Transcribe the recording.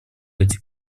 эти